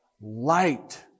light